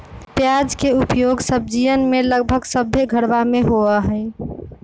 प्याज के उपयोग सब्जीयन में लगभग सभ्भे घरवा में होबा हई